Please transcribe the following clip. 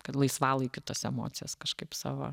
kad laisvalaikiu tas emocijas kažkaip savo